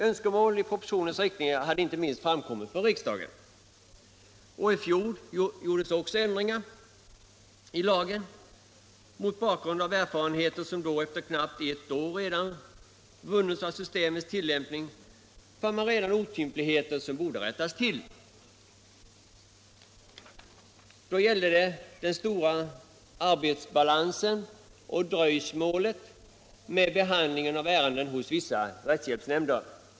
Önskemål i propositionens riktning hade framkommit inte minst från riksdagen. I fjol gjordes också ändringar i lagen. Mot bakgrund av erfarenheter som då efter knappt ett år redan vunnits av systemets tillämpning fann man redan otympligheter som borde rättas till. Då gällde det den stora arbetsbalansen och dröjsmålet med behandlingen av ärenden hos vissa rättshjälpsnämnder.